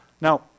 Now